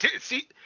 See